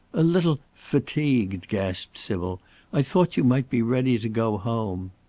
a little fatigued, gasped sybil i thought you might be ready to go home.